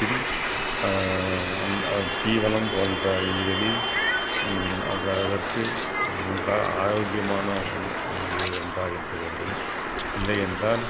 பின் தீவனம் போன்ற இதுகளில் அது அதற்கு நன்றாக ஆரோக்கியமான இருக்க வேண்டும் இல்லை என்றால்